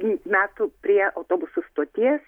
į metų prie autobusų stoties